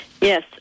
Yes